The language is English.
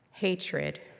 hatred